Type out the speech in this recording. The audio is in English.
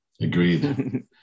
Agreed